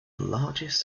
largest